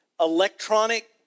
electronic